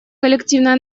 коллективное